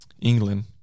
England